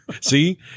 See